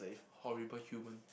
horrible human